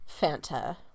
Fanta